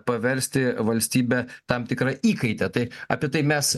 paversti valstybę tam tikra įkaite tai apie tai mes